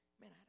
man